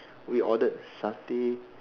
we ordered Satay